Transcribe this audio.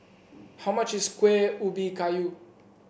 how much is Kueh Ubi Kayu